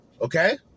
Okay